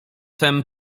tem